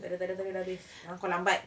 tak ada tak ada tak ada dah habis kau lambat